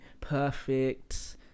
perfect